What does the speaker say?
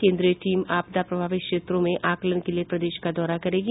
केंद्रीय टीम आपदा प्रभावित क्षेत्रों में आकलन के लिए प्रदेश का दौरा करेगी